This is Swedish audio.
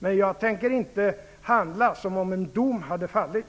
Men jag tänker inte handla som om en dom hade fallit.